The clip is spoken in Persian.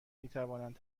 میتوانند